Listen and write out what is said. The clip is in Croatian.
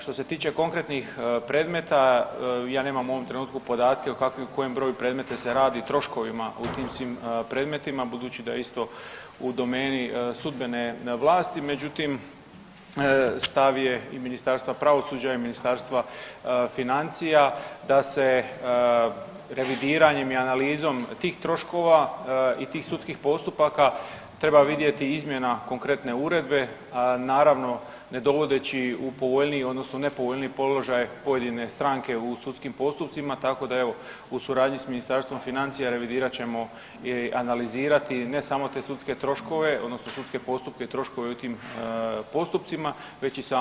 Što se tiče konkretnih predmeta, ja nemam u ovom trenutku podatke, o kojem broju predmeta se radi i troškovima u tim svim predmetima, budući da je isto u domeni sudbene vlasti, međutim, stav je i Ministarstva pravosuđa i Ministarstva financija da se revidiranjem i analizom tih troškova i tih sudskih postupaka, treba vidjeti izmjena konkretne uredbe, naravno, ne dovodeći u povoljniji, odnosno nepovoljniji položaj pojedine stranke u sudskim postupcima, tako da, evo, u suradnji s Ministarstvom financija, revidirat ćemo i analizirati, ne samo te sudske troškove, odnosno sudske postupke i troškove u tim postupcima, već i samu uredbu.